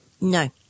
No